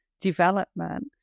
development